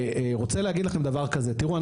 רוצה להגיד לכם דבר כזה: תראו,